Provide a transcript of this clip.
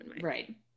Right